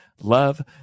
love